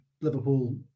liverpool